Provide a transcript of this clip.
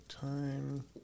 Time